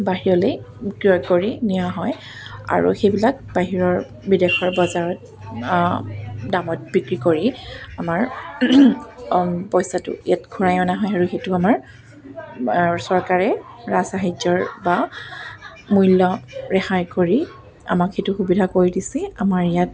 বাহিৰলৈ ক্ৰয় কৰি নিয়া হয় আৰু সেইবিলাক বাহিৰৰ বিদেশৰ বজাৰত দামত বিক্ৰী কৰি আমাৰ পইচাটো ইয়াত ঘূৰাই অনা হয় আৰু সেইটো আমাৰ চৰকাৰে ৰাজসাহাৰ্যৰ বা মূল্য ৰেহাই কৰি আমাক সেইটো সুবিধা কৰি দিছে আমাৰ ইয়াত